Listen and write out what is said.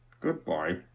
goodbye